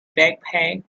backpack